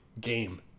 game